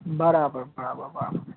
બરાબર બરાબર બરાબર